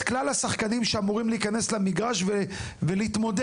כלל השחקנים שאמורים להיכנס למגרש ולהתמודד.